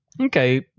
okay